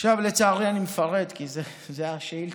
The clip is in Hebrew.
לצערי אני מפרט, כי זאת השאילתה.